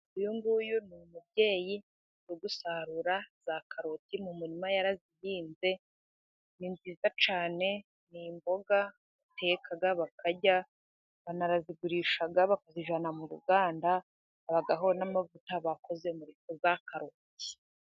Uyu nguyu ni umubyeyi uri gusarura za karoti mu murima yarazihinze, ni nziza cyane, ni imboga bateka bakarya, banarazigurisha bakazijyana mu ruganda , habaho n'amavuta bakoze, muri izo karoti.